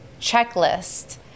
checklist